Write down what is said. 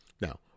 Now